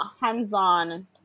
hands-on